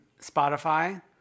Spotify